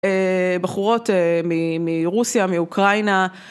אה... בחורות מרוסיה, מאוקראינה.